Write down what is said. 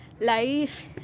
life